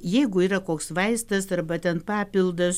jeigu yra koks vaistas arba ten papildas